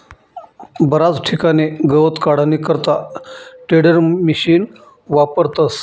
बराच ठिकाणे गवत काढानी करता टेडरमिशिन वापरतस